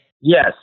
Yes